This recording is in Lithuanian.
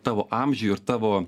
tavo amžiui ir tavo